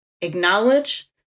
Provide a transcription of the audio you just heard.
acknowledge